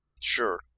Sure